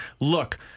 look